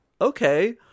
okay